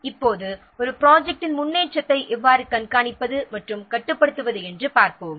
இப்போது ஒரு ப்ராஜெக்ட்டின் முன்னேற்றத்தை எவ்வாறு கண்காணிப்பது மற்றும் கட்டுப்படுத்துவது என்று பார்ப்போம்